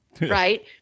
right